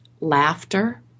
laughter